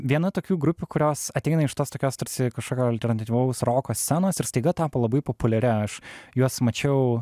viena tokių grupių kurios ateina iš tos tokios tarsi kažkokio alternatyvaus roko scenos ir staiga tapo labai populiaria aš juos mačiau